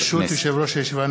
ברשות יושב-ראש הישיבה,